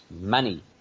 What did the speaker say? money